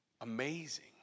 amazing